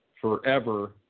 forever